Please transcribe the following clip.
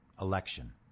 election